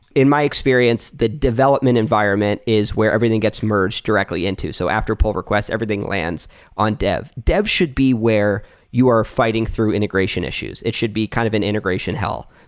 in my experience, the development environment is where everything gets emerged directly into. so after pull request, everything lands on dev. dev should be where you are fighting through integration issues. it should be kind of an integration hell.